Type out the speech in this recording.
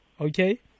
okay